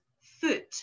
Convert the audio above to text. foot